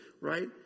Right